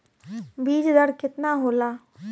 बीज दर केतना होला?